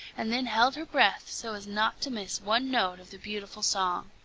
and then held her breath so as not to miss one note of the beautiful song.